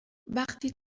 وقتی